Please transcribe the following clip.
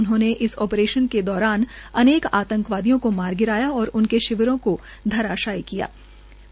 उन्होंने इस आप्रेशन के दौरान अनेक आतंकवादियों को मार गिराया था और उनके शिविरों को धराशयी कर दिया था